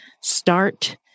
start